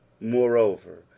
moreover